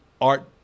art